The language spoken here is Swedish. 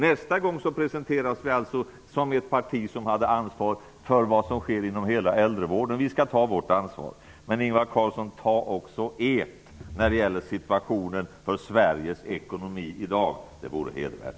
Nästa gång presenteras vi som ett parti som har ansvar för vad som sker inom hela äldrevården. Vi skall ta vårt ansvar. Men, Ingvar Carlsson, ta också ert ansvar när det gäller situationen för Sveriges ekonomi i dag. Det vore hedervärt.